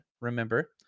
remember